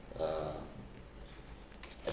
uh